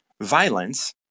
Violence